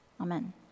Amen